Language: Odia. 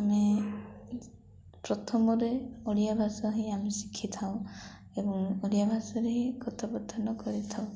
ଆମେ ପ୍ରଥମରେ ଓଡ଼ିଆ ଭାଷା ହିଁ ଆମେ ଶିଖିଥାଉ ଏବଂ ଓଡ଼ିଆ ଭାଷାରେ ହିଁ କଥୋପକଥନ କରିଥାଉ